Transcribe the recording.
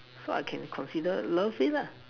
so I can consider love it lah